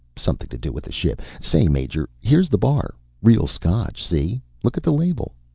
something to do with the ship. say, major, here's the bar. real scotch, see? look at the label!